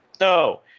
No